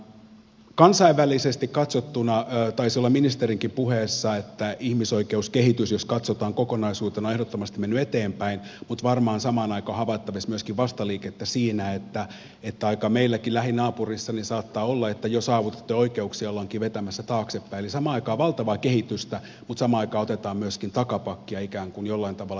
kansainvälisesti katsottuna taisi olla ministerinkin puheessa ihmisoikeuskehitys jos katsotaan kokonaisuutena on ehdottomasti mennyt eteenpäin mutta varmaan samaan aikaan on havaittavissa myöskin vastaliikettä meilläkin lähinaapurissa saattaa olla niin että jo saavutettuja oikeuksia ollaankin vetämässä taaksepäin eli on valtavaa kehitystä mutta samaan aikaan otetaan myöskin takapakkia ikään kuin jollain tavalla peruutetaan